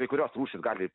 kai kurios rūšys gali